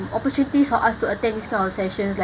the opportunities for us to attend these kind of sessions like